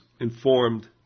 informed